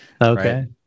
Okay